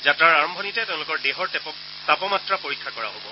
যাত্ৰাৰ আৰম্ভণিতে তেওঁলোকৰ দেহৰ তাপমাত্ৰা পৰীক্ষা কৰা হব